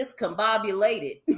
discombobulated